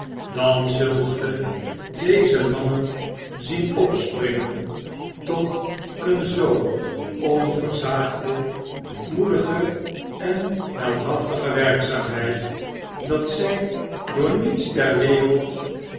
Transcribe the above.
dan zult ge deze mannen zien opspringen tot een zoo onversaagde moedige en heldhaftige werkzaamheid dat zy door niets ter wereld